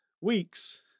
weeks